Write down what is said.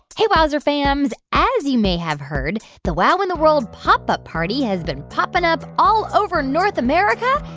hey, wowzer fams. as you may have heard, the wow in the world pop up party has been popping up all over north america,